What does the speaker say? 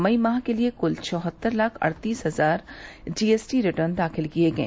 मई माह के लिए कूल चौहत्तर लाख अड़तीस हजार जीएसटी रिटर्न दाखिल किये गये